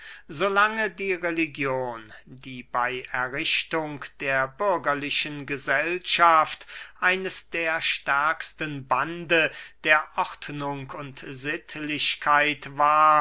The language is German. lange die religion die bey errichtung der bürgerlichen gesellschaft eines der stärksten bande der ordnung und sittlichkeit war